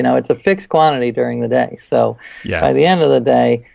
and it's a fixed quantity during the day. so yeah by the end of the day,